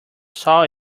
saw